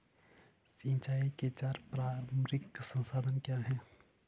सिंचाई के चार पारंपरिक साधन क्या हैं?